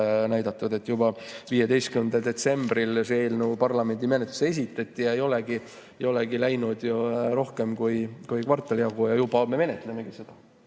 näidatud. 15. detsembril see eelnõu parlamendi menetlusse esitati ja ei olegi läinud ju rohkem kui kvartali jagu ja juba me menetleme seda.